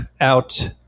out